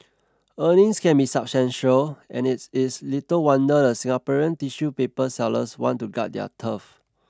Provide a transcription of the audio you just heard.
earnings can be substantial and it is little wonder the Singaporean tissue paper sellers want to guard their turf